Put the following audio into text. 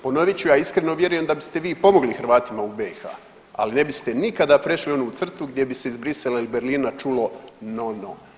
Ponovit ću, ja iskreno vjerujem da biste vi pomogli Hrvatima u BiH, ali ne biste nikada prešli onu crtu gdje bi se iz Bruxellesa ili Berlina čulo no, no.